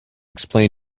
explain